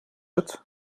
het